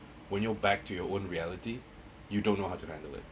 when you're back to your own reality you don't know how to handle it